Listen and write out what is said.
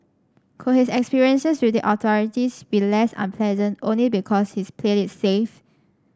could his experiences with the authorities be less unpleasant only because he's played it safe